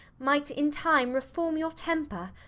might in time reform your temper,